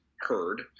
heard